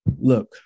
look